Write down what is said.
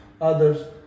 others